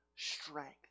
strength